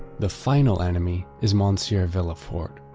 the final enemy is monsieur villefort,